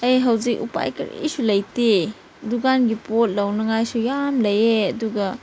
ꯑꯩ ꯍꯧꯖꯤꯛ ꯎꯄꯥꯏ ꯀꯔꯤꯁꯨ ꯂꯩꯇꯦ ꯗꯨꯀꯥꯟꯒꯤ ꯄꯣꯠ ꯂꯧꯅꯤꯡꯉꯥꯏꯁꯨ ꯌꯥꯝ ꯂꯩꯌꯦ ꯑꯗꯨꯒ